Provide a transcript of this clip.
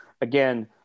again